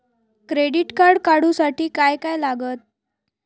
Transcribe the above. Credit card काढूसाठी काय काय लागत?